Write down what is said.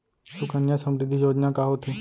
सुकन्या समृद्धि योजना का होथे